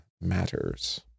matters